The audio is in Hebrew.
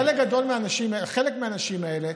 חלק מהאנשים האלה,